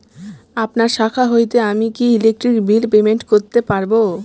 আপনার শাখা হইতে আমি কি ইলেকট্রিক বিল পেমেন্ট করতে পারব?